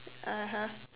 (uh huh)